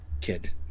kid